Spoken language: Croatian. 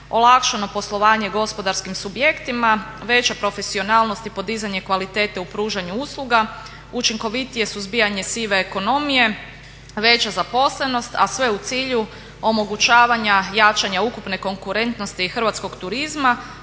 olakšano poslovanje gospodarskim subjektima, veća profesionalnost i podizanje kvalitete u pružanju usluga, učinkovitije suzbijanje sive ekonomije, veća zaposlenost a sve u cilju omogućavanja jačanja ukupne konkurentnosti hrvatskog turizma,